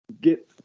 get